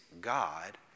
God